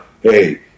hey